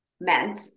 meant